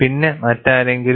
പിന്നെ മറ്റാരെങ്കിലും